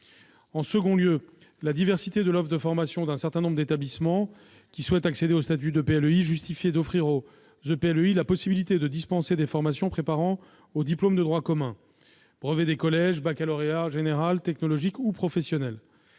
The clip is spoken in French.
En second lieu, la diversité de l'offre de formation d'un certain nombre d'établissements qui souhaitent accéder au statut d'EPLEI justifiait d'offrir à ce type d'établissement la possibilité de dispenser des formations préparant au diplôme de droit commun- brevet des collèges ou baccalauréat général, technologique ou professionnel.